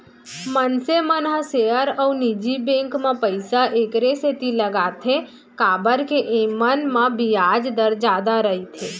मनसे मन ह सेयर अउ निजी बेंक म पइसा एकरे सेती लगाथें काबर के एमन म बियाज दर जादा रइथे